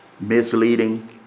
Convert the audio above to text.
Misleading